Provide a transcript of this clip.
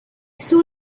saw